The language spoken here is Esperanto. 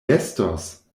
estos